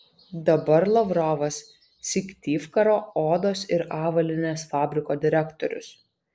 dabar lavrovas syktyvkaro odos ir avalynės fabriko direktorius